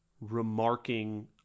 remarking